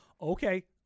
okay